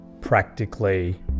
practically